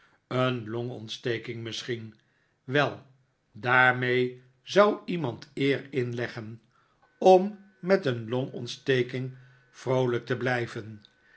een longontsteking misschien wel daarmee zou iemand eer inleggen om met tom bekijkt de winkels een longontsteking vroolijk te blijven